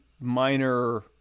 minor